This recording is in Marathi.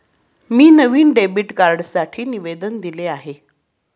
मी नवीन डेबिट कार्डसाठी निवेदन दिले आहे